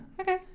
Okay